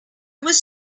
was